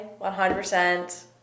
100%